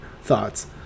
Thoughts